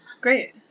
Great